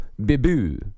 Bibu